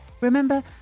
Remember